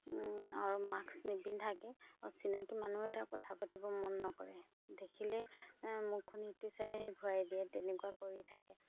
আৰু মাক্স নিপিন্ধাকৈ আৰু চিনাকী মানুহে এটাইও কথা পাতিব মন নকৰে দেখিলে মুখখন সিটো চাইডেহে ঘূৰাই দিয়ে তেনেকুৱা কৰি থাকে